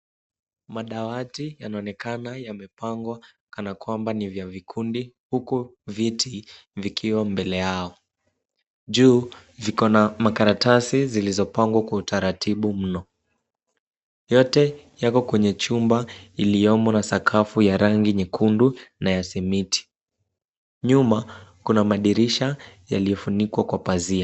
Madawati yanaonekana yamepangwa kana kwamba ni vya vikundi, huku viti vikiwa mbele yao. Juu viko na makaratasi zilizopangwa kwa utaratibu mno. Yote yako kwenye chumba iliyomo na sakafu ya rangi nyekundu na ya simiti. Nyuma, kuna madirisha yaliyofunikwa kwa pazia.